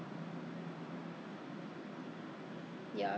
then 你和的时候 ah 是冷冷很爽 leh so it's not the drink